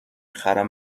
خرم